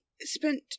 spent